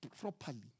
properly